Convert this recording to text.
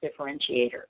differentiator